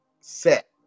set